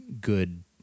good